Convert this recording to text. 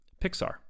Pixar